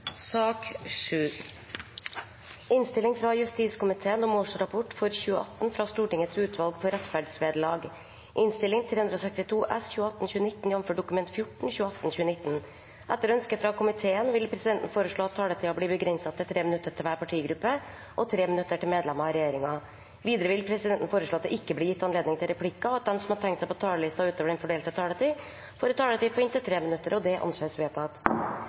sak nr. 6. Etter ønske fra justiskomiteen vil presidenten foreslå at taletiden blir begrenset til 3 minutter til hver partigruppe og 3 minutter til medlemmer av regjeringen. Videre vil presidenten foreslå at det ikke blir gitt anledning til replikker, og at de som måtte tegne seg på talerlisten utover den fordelte taletid, får en taletid på inntil 3 minutter. – Det anses vedtatt.